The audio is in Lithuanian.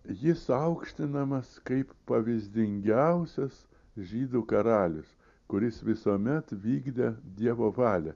jis aukštinamas kaip pavyzdingiausias žydų karalius kuris visuomet vykdė dievo valią